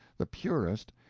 the purest,